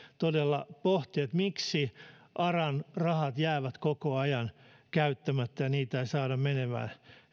todella pohtia miksi aran rahat jäävät koko ajan käyttämättä ja niitä ei saada menemään